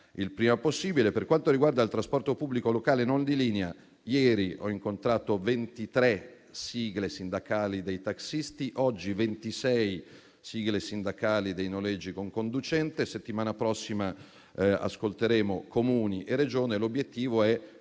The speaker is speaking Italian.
il prima possibile. Per quanto riguarda il trasporto pubblico locale non di linea, ho incontrato ieri 23 sigle sindacali dei tassisti e oggi 26 sigle sindacali dei noleggi con conducente (NCC), mentre la settimana prossima ascolteremo Comuni e Regione. L'obiettivo è